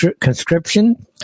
conscription